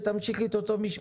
אותן.